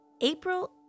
April